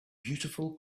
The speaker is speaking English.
beautiful